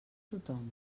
tothom